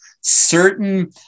certain